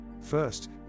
First